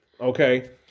Okay